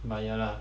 but ya lah